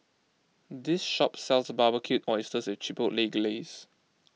this shop sells Barbecued Oysters with Chipotle Glaze